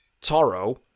Toro